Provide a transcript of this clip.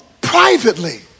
privately